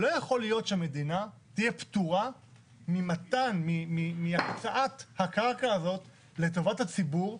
לא יכול להיות שהמדינה תהיה פטורה מהוצאת הקרקע הזאת לטובת הציבור,